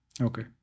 okay